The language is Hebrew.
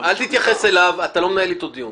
אל תתייחס אליו, אתה לא מנהל אתו דיון.